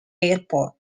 airport